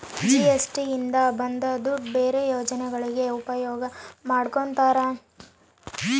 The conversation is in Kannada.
ಜಿ.ಎಸ್.ಟಿ ಇಂದ ಬಂದ್ ದುಡ್ಡು ಬೇರೆ ಯೋಜನೆಗಳಿಗೆ ಉಪಯೋಗ ಮಾಡ್ಕೋತರ